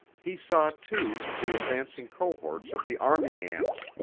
he saw, too, the advancing cohorts of the army ants,